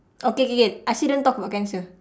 okay K K I say don't talk about cancer